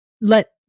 let